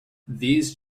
these